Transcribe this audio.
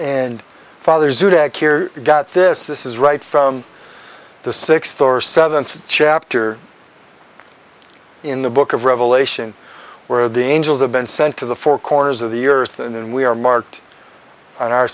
and father's got this this is right from the sixth or seventh chapter in the book of revelation where the angels have been sent to the four corners of the earth and we are marked on our